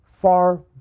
far